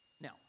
Now